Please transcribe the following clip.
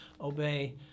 obey